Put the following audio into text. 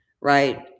right